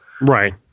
Right